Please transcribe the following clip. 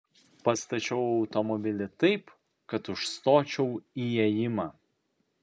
pastačiau automobilį taip kad užstočiau įėjimą